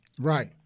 Right